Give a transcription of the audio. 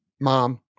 mom